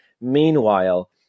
Meanwhile